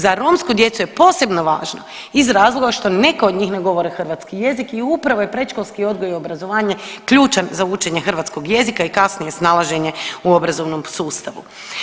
Za romsku djecu je posebno važno iz razloga što neka od njih ne govore hrvatski jezik i upravo je predškolski odgoji i obrazovanje ključan za učenje hrvatskog jezika i kasnije snalaženje u obrazovnom sustavu.